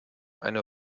eine